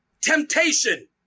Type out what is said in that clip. temptation